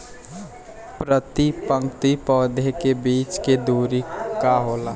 प्रति पंक्ति पौधे के बीच के दुरी का होला?